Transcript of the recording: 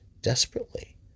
desperately